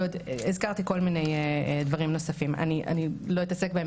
הזכרתי עוד כל מיני דברים נוספים ואני לא אתעסק בהם